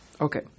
Okay